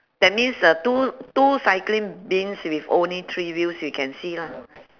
that means the two two cycling bins with only three wheels you can see lah